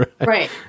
right